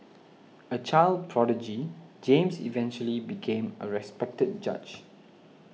a child prodigy James eventually became a respected judge